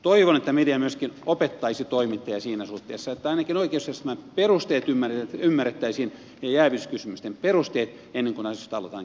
toivon että media myöskin opettaisi toimittajia siinä suhteessa että ainakin oikeusjärjestelmän ja jääviyskysymysten perusteet ymmärrettäisiin ennen kuin asioista aletaan kirjoittamaan